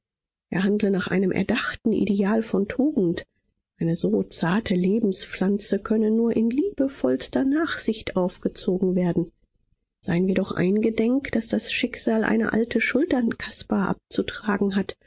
er handle nach einem erdachten ideal von tugend eine so zarte lebenspflanze könne nur in liebevollster nachsicht aufgezogen werden seien wir doch eingedenk daß das schicksal eine alte schuld an caspar abzutragen hat